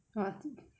what